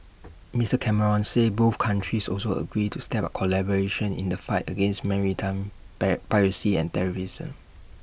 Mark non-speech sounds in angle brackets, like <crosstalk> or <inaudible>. Mister Cameron said both countries also agreed to step up collaboration in the fight against maritime <unintelligible> piracy and terrorism